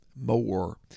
more